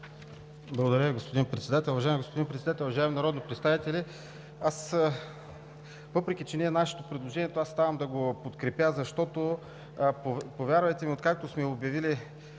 Уважаеми господин Председател, уважаеми народни представители! Въпреки че не е нашето предложение, аз ставам да го подкрепя, защото, повярвайте ми, откакто сме обявили